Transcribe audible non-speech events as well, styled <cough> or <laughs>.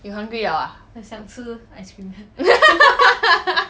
you hungry liao ah <laughs>